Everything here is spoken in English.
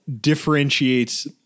differentiates